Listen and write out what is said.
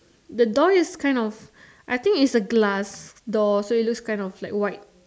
the door is kind of I think it's a glass door so it looks kind of white